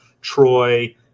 Troy